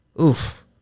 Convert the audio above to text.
Oof